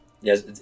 Yes